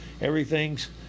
everything's